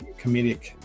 comedic